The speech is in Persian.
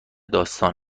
داستان